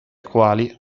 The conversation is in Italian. quali